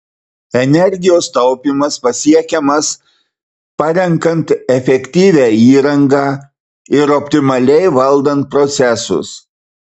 energijos taupymas pasiekiamas parenkant efektyvią įrangą ir optimaliai valdant procesus